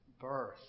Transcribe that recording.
birth